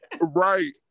Right